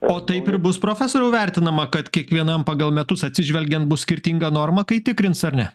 o taip ir bus profesoriau vertinama kad kiekvienam pagal metus atsižvelgiant bus skirtinga norma kai tikrins ar ne